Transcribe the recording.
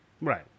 Right